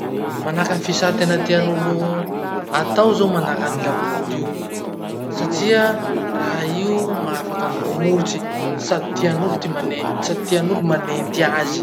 Manahaky any fisà tena tian'olo atao zao manahaky any laboly io. Satria raha io mahafaky hamoromorotsy sady tian'olo ty mane sady tian'olo manenty azy.